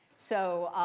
so